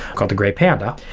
called the gray panda,